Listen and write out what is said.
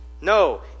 No